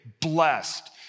Blessed